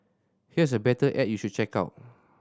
here's a better ad you should check out